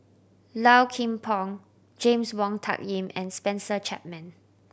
Low Kim Pong James Wong Tuck Yim and Spencer Chapman